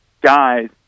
guys